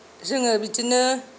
जोङो बिदिनो